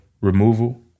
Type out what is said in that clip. removal